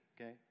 okay